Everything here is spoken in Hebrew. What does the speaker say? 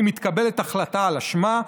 מתקבלת החלטה על אשמה,